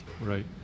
right